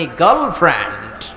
girlfriend